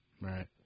right